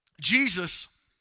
Jesus